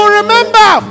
remember